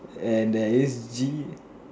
and there is G